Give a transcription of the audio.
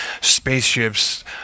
spaceships